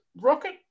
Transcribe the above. rocket